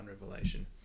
revelation